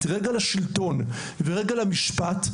רגל השלטון ורגל המשפט,